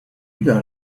got